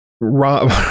Rob